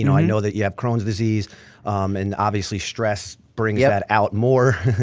you know i know that you have crohn's disease and obviously stress bring yeah that out more.